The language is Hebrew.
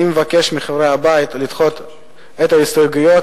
אני מבקש מחברי הבית לדחות את ההסתייגויות